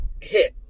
hit